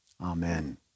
Amen